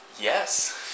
yes